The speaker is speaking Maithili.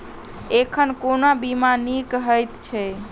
एखन कोना बीमा नीक हएत छै?